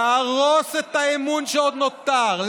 להרוס את האמון שעוד נותר,